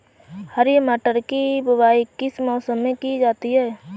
हरी मटर की बुवाई किस मौसम में की जाती है?